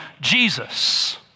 Jesus